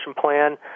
plan